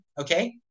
Okay